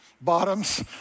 bottoms